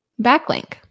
Backlink